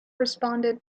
responded